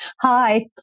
hi